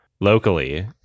locally